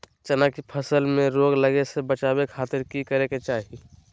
चना की फसल में रोग लगे से बचावे खातिर की करे के चाही?